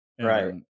Right